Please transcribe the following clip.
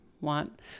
want